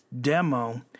demo